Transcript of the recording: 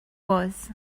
was